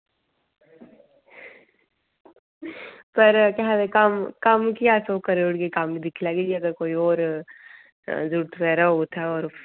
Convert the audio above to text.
पर केह् आखदे कम्म कम्म कि अस ओह् करी ओड़गे कम्म दिक्खी लैगै जेकर कोई होर जरूरत बगैरा होग उत्थें होर